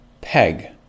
peg